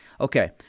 okay